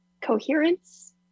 coherence